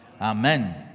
Amen